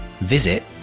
visit